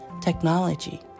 technology